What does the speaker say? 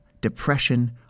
depression